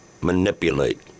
manipulate